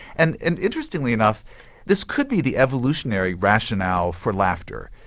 and and interestingly enough this could be the evolutionary rationale for laughter.